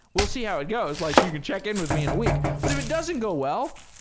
well, see how it goes. like you can check in with me in a week. but if it doesn't go well,